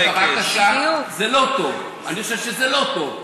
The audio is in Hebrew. יש לו את ההיקש והוא יכול להכריע.